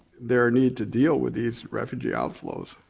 their need to deal with these refugee outflows.